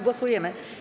Głosujemy.